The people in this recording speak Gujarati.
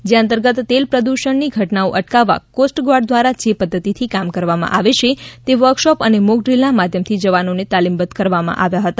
જે અંતર્ગત તેલ પ્રદુષણની ઘટનાઓ અટકાવવા કોસ્ટગાર્ડ દ્વારા જે પધ્ધતિથી કામ કરવામાં આવે છે તે અંગે વર્કશોપ અને મોકડ્રીલના માધ્યમથી જવાનોને તાલીમબધ્ધ કરવામાં આવ્યા હતા